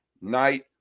night